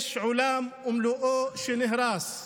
יש עולם ומלואו שנהרס.